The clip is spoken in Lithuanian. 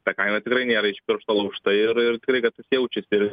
ta kaina tikrai nėra iš piršto laužta ir ir tikrai kad tas jaučiasi ir